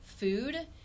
food